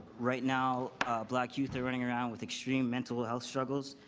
right now black youth are running around with extreme mental health struggles.